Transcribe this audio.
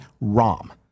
ROM